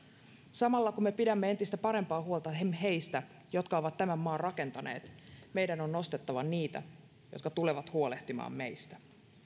samalla kun me pidämme entistä parempaa huolta heistä jotka ovat tämän maan rakentaneet meidän on nostettava niitä jotka tulevat huolehtimaan meistä